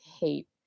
hate